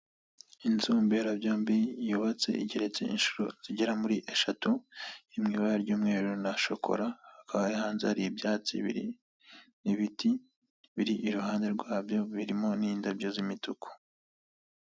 Inzu mberabyombi yubatse igeretse inshuro zigera muri eshatu, iri mu ibara ry'umweru na shokora. Hakaba rero hanze hari ibyatsi bibiri, ibiti biri iruhande rwabyo birimo n'indabyo z'umutuku.